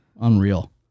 Unreal